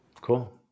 Cool